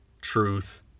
truth